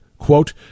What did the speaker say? Quote